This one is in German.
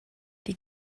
die